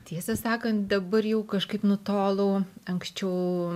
tiesą sakant dabar jau kažkaip nutolau anksčiau